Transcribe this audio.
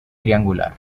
triangular